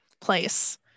place